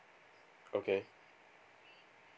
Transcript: okay